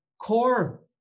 core